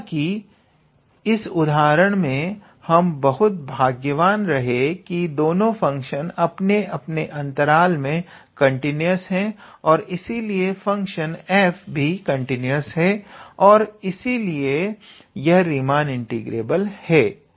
हालांकि इस उदाहरण में हम बहुत भाग्यवान रहे की दोनों फंक्शन अपने अपने अंतराल में कंटिन्यूस है और इसीलिए फंक्शन f भी कंटिन्यूस है और इसलिए यह रीमान इंटीग्रेबल है